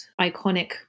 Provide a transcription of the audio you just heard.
iconic